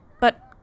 but-